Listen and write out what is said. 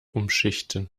umschichten